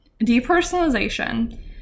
depersonalization